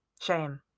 Shame